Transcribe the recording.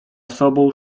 sobą